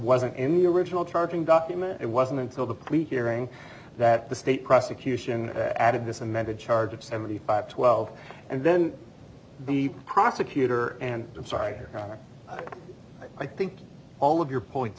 wasn't in the original charging document it wasn't until the plea hearing that the state prosecution added this amended charge of seventy five twelve and then the prosecutor and i'm sorry your honor i think all of your points